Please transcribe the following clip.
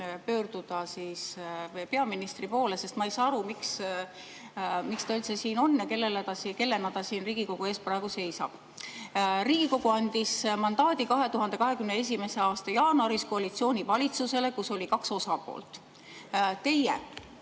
pöörduda peaministri poole, sest ma ei saa aru, miks ta üldse siin on ja kellena ta siin Riigikogu ees praegu seisab. Riigikogu andis mandaadi 2021. aasta jaanuaris koalitsioonivalitsusele, kus oli kaks osapoolt. Teie,